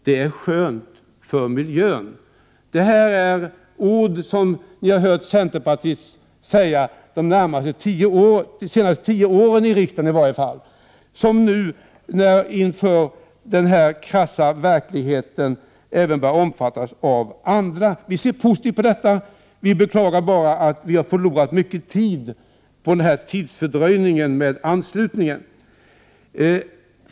Det är skönt för miljön. Det här är ord som ni har hört centerpartister säga åtminstone de senaste tio åren i riksdagen, och i den krassa verklighet som vi lever i borde även andra ställa sig bakom dem. Vi ser positivt på att så nu sker. Vi beklagar bara att vi har förlorat mycken tid fram till dess att man började ansluta sig till vår uppfattning.